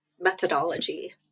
methodology